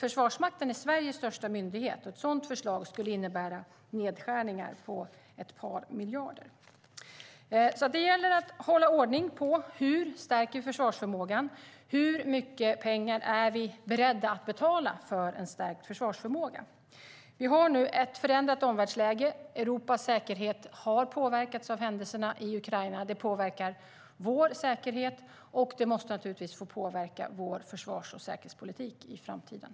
Försvarsmakten är Sveriges största myndighet, och om ett sådant förslag blev verklighet skulle det innebära nedskärningar på ett par miljarder. Det gäller att hålla ordning på hur vi stärker försvarsförmågan och hur mycket vi är beredda att betala för en stärkt försvarsförmåga. Vi har nu ett förändrat omvärldsläge. Europas säkerhet har påverkats av händelserna i Ukraina. Det påverkar vår säkerhet, och det måste naturligtvis få påverka vår försvars och säkerhetspolitik i framtiden.